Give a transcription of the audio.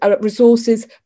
resources